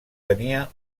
tenia